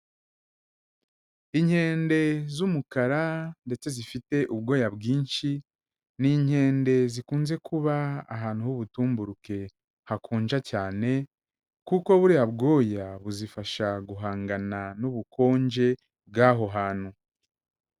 Inkende z'umukara ndetse zifite ubwoya bwinshi, ni inkende zikunze kuba ahantu h'ubutumburuke hakonja cyane kuko buriya bwoya buzifasha guhangana n'bukonje bw'aho hantu.